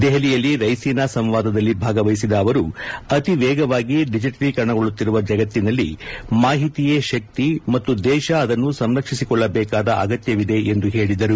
ದೆಹಲಿಯಲ್ಲಿ ರೈಸೀನಾ ಸಂವಾದದಲ್ಲಿ ಭಾಗವಹಿಸಿದ ಅವರು ಅತೀ ವೇಗವಾಗಿ ಡಿಜಟಲೀಕರಣಗೊಳ್ಳುತ್ತಿರುವ ಜಗತ್ತಿನಲ್ಲಿ ಮಾಹಿತಿಯೇ ಶಕ್ತಿ ಮತ್ತು ದೇಶ ಅದನ್ನು ಸಂರಕ್ವಿಸಿಕೊಳ್ಳಬೇಕಾದ ಅಗತ್ಯವಿದೆ ಎಂದು ಹೇಳಿದರು